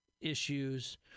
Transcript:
issues